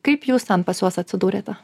kaip jūs ten pas juos atsidūrėte